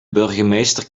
burgemeester